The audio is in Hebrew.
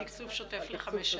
על תקצוב שוטף לחמש שנים.